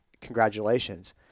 Congratulations